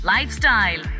Lifestyle